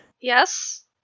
Yes